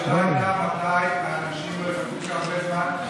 השאלה הייתה מתי האנשים לא יחכו כל כך הרבה זמן,